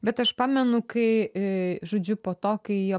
bet aš pamenu kai žodžiu po to kai jie